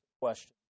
question